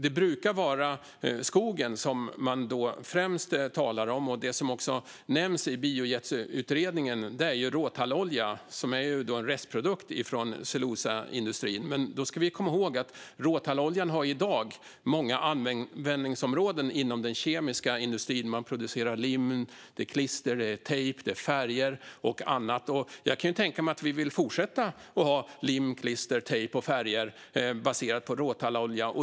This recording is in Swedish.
Det brukar främst vara skogen man talar om. Det som också nämns i Biojetutredningen är råtallolja, som är en restprodukt från cellulosaindustrin. Men då ska vi komma ihåg att råtalloljan i dag har många användningsområden inom den kemiska industrin. Man producerar lim, klister, tejp, färger och annat. Jag kan tänka mig att vi vill fortsätta att ha lim, klister, tejp och färger som är baserade på råtallolja.